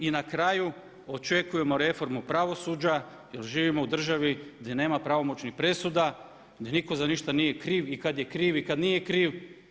Na kraju očekujemo reformu pravosuđa jer živimo u državi gdje nema pravomoćnih presuda, gdje nitko za ništa nije kriv i kad je kriv i kad nije kriv.